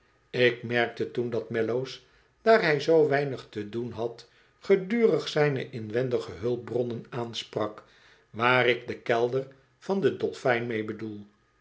ik merkte toen dat mellows daar hij zoo weinig te doen had gedurig zijne inwendige hulpbronnen aansprak waar ik den kelder van den dolfijn